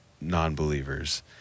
non-believers